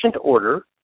order